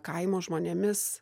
kaimo žmonėmis